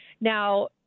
Now